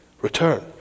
Return